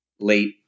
late